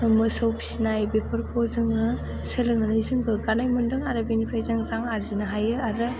मोसौ फिसिनाय बेफोरखौ जोङो सोलोंनानै जों गोग्गानाय मोन्दों आरो बेनिफ्राय जों रां आर्जिनो हायो आरो